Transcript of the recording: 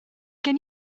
gen